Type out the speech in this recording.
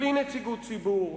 בלי נציגות ציבור.